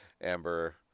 Amber